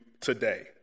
today